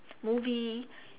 movie